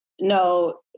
no